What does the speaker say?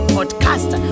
Podcast